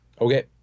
Okay